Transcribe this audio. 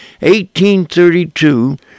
1832